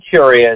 curious